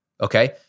Okay